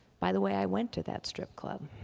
by the way, i went to that strip club.